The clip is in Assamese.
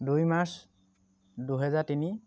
দুই মাৰ্চ দুহেজাৰ তিনি